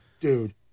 dude